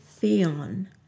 Theon